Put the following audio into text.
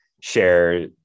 share